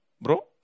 Bro